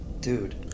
dude